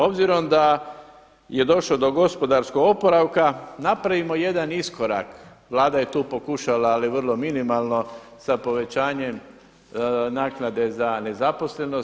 Obzirom da je došlo do gospodarskog oporavka, napravimo jedan iskorak, Vlada je tu pokušala ali vrlo minimalno sa povećanjem naknade za nezaposlenost.